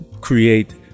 create